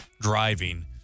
Driving